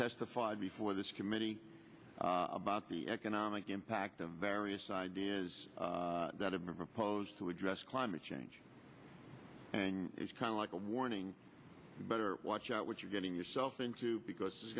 testified before this committee about the economic impact of various ideas that have been proposed to address climate change and it's kind of like a warning you better watch out what you're getting yourself into because it's